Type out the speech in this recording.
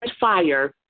fire